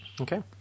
Okay